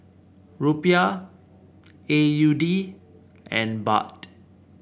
Rupiah A U D and Baht